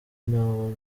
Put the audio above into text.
naho